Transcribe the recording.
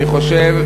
אני חושב,